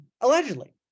allegedly